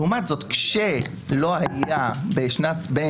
לעומת זאת כאשר לא היה במהלך